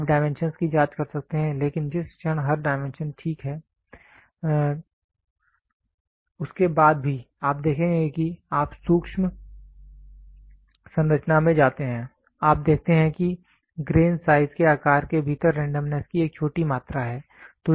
आप डायमेंशनस् की जांच कर सकते हैं लेकिन जिस क्षण हर डायमेंशन ठीक है उसके बाद भी आप देखेंगे कि आप सूक्ष्म संरचना में जाते हैं आप देखते हैं कि ग्रेन साइज के आकार के भीतर रेंडमनेस की एक छोटी मात्रा है